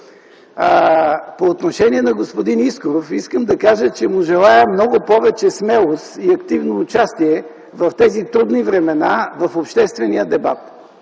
По отношение на господин Искров искам да кажа, че му желая много повече смелост и активно участие в тези трудни времена в обществения дебат.